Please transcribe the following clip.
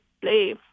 play